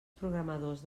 programadors